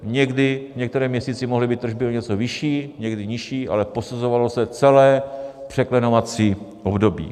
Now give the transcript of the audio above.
V některém měsíci mohly být tržby o něco vyšší, někdy nižší, ale posuzovalo se celé překlenovací období.